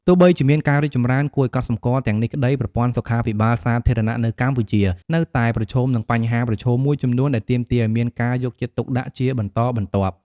ទោះបីជាមានការរីកចម្រើនគួរឱ្យកត់សម្គាល់ទាំងនេះក្ដី ប្រព័ន្ធសុខាភិបាលសាធារណៈនៅកម្ពុជានៅតែប្រឈមនឹងបញ្ហាប្រឈមមួយចំនួនដែលទាមទារឱ្យមានការយកចិត្តទុកដាក់ជាបន្តបន្ទាប់។